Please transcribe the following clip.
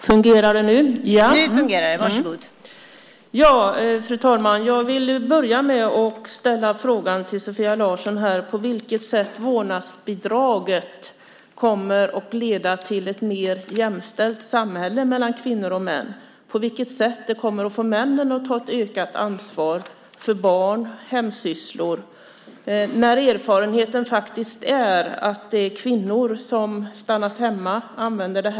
Fru talman! Jag vill börja med att fråga Sofia Larsen på vilket sätt vårdnadsbidraget kommer att leda till ett samhälle där kvinnor och män är mer jämställda. På vilket sätt kommer det att få männen att ta ett ökat ansvar för barn och hemsysslor? Erfarenheten visar att det är kvinnor som stannar hemma och använder detta.